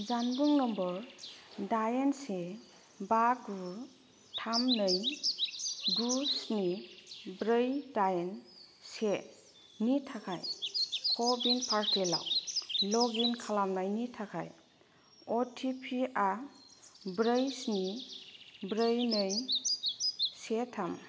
जानबुं नम्बर दाइन से बा गु थाम नै गु स्नि ब्रै दाइन सेनि थाखाय क'विन प'र्टेलाव लगइन खालामनायनि थाखाय अ टि पि आ ब्रै स्नि ब्रै नै से थाम